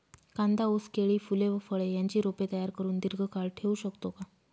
कांदा, ऊस, केळी, फूले व फळे यांची रोपे तयार करुन दिर्घकाळ ठेवू शकतो का?